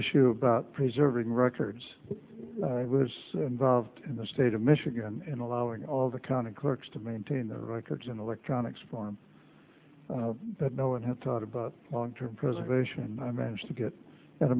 issue about preserving records i was so involved in the state of michigan in allowing all the county clerks to maintain the records in electronic form that no one had thought about long term preservation i managed to get that